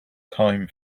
time